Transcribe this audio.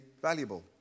valuable